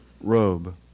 robe